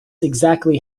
exactly